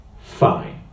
fine